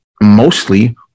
mostly